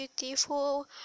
beautiful